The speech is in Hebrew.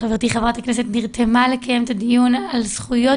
חברתי חברת הכנסת נרתמה לקיים את הדיון על זכויות